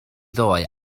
ddoe